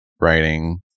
writing